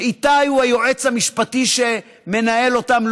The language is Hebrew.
שאיתי הוא היועץ המשפטי שמנהל אותם,